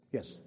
Yes